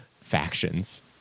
Factions